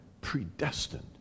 predestined